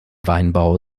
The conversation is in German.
weinbau